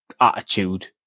attitude